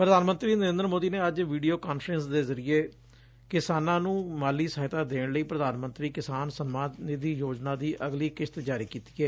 ਪ੍ਰਧਾਨ ਮੰਤਰੀ ਨਰੇਂਦਰ ਮੋਦੀ ਨੇ ਅੱਜ ਵੀਡੀਓ ਕਾਨਫਰਿੰਸ ਦੇ ਜ਼ਰੀਏ ਕਿਸਾਨਾਂ ਨੂੰ ਮਾਲੀ ਸਹਾਇਤਾ ਦੇਣ ਲਈ ਪ੍ਰਧਾਨ ਮੰਤਰੀ ਕਿਸਾਨ ਸਨਮਾਨ ਨਿੱਧੀ ਯੋਜਨਾ ਦੀ ਅਗਲੀ ਕਿਸ਼ਤ ਜਾਰੀ ਕੀਤੀ ਏ